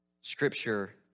Scripture